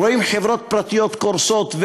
אנחנו רואים חברות פרטיות קורסות.